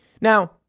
Now